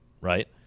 right